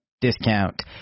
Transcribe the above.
discount